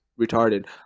retarded